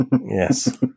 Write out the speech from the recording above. Yes